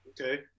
Okay